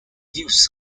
use